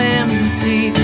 empty